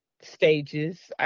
stages